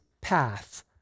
path